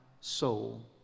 soul